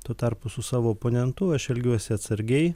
tuo tarpu su savo oponentu aš elgiuosi atsargiai